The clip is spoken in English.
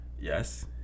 yes